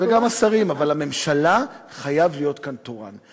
גם השרים, אבל לממשלה חייב להיות כאן תורן.